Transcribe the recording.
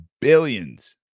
billions